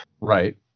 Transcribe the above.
Right